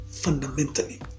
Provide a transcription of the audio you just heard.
fundamentally